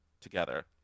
together